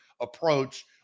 approach